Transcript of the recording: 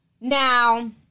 Now